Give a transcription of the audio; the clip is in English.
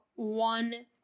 one